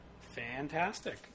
Fantastic